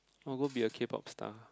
I want go be a K-pop star